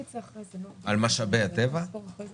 והאמירה שלך על לובי לא דיברתי עם